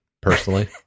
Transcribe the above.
personally